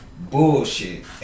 Bullshit